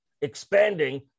expanding